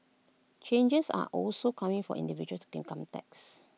changes are also coming for individual income tax